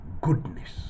goodness